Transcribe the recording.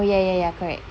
oh ya ya ya correct